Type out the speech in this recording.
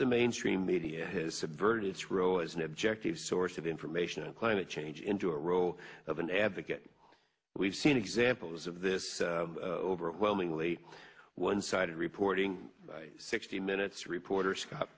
the mainstream media has subverted its role as an objective source of information and climate change into a role of an advocate we've seen examples of this overwhelmingly one sided reporting sixty minutes reporter scott